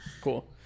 cool